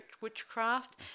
witchcraft